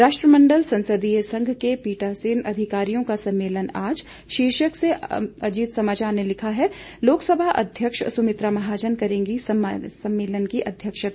राष्ट्रमंडल संसदीय संघ के पीठासीन अधिकारियों का सम्मेलन आज शीर्षक से अजीत समाचार ने लिखा है लोकसभा अध्यक्ष सुमित्रा महाजन करेंगी सम्मेलन की अध्यक्षता